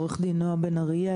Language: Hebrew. עורכת דין נועה בן אריה,